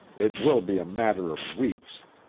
it will be a matter of weeks.